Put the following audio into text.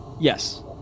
Yes